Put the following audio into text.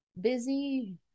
busy